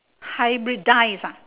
hybridize ah